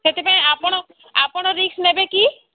ସେଥିପାଇଁ ଆପଣ ଆପଣ ରିକ୍ସ ନେବେ କି